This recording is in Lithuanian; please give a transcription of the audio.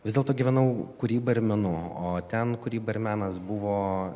vis dėlto gyvenau kūryba ir menu o ten kūryba ir menas buvo